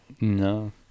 No